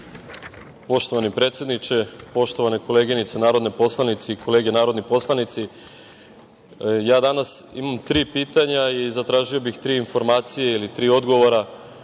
Poštovani predsedniče, poštovane kolege, narodne poslanice i kolege narodni poslanici, ja danas imam tri pitanja i zatražio bih tri informacije ili tri odgovora